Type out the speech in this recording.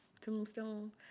tombstone